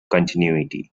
continuity